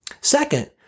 Second